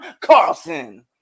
Carlson